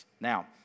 Now